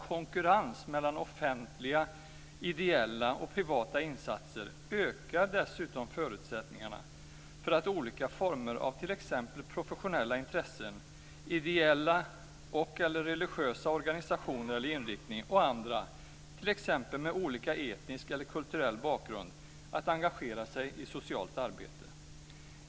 "Konkurrens" mellan offentliga, ideella och privata insatser ökar dessutom förutsättningarna för olika former av t.ex. professionella intressen, ideella och religiösa organisationer eller inriktningar - med olika etnisk eller kulturell bakgrund - att engagera sig i socialt arbete.